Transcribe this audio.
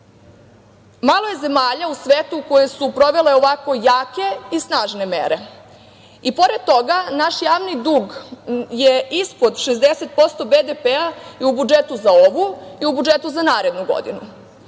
BDP.Malo je zemalja u svetu koje su sprovele ovako jake i snažne mere. Pored toga, naš javni dug je ispod 60% BDP i u budžetu za ovu i u budžetu za narednu godinu.